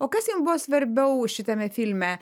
o kas jum buvo svarbiau šitame filme